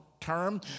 term